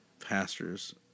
pastors